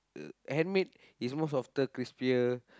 uh handmade is most often crispier